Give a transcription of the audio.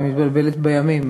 אני מתבלבלת בימים,